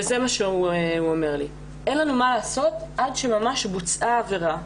זה מה שהוא אמר לי: אין לנו מה לעשות עד שממש בוצעה העבירה.